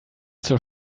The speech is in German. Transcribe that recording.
zur